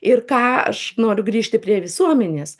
ir ką aš noriu grįžti prie visuomenės